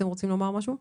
אתם רוצים לומר משהו?